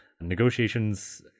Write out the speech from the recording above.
negotiations